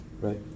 Right